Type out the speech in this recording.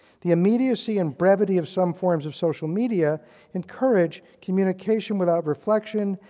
the immediacy and brevity of some forms of social media encourage communication without reflection,